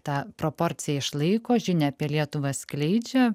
ta proporciją išlaiko žinią apie lietuvą skleidžia